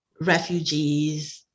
refugees